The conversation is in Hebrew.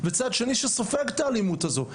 וצד שני שסופג את האלימות הזו.